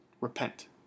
repent